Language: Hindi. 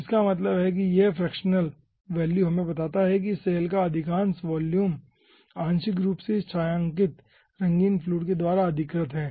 तो इसका मतलब है कि यह फ्रैक्शनल वैल्यू हमें बताता है कि इस सैल का वॉल्यूम आंशिक रूप से इस छायाकित रंगीन फ्लूइड के द्वारा अधिकृत है